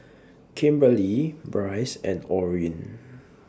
Kimberlee Brice and Orin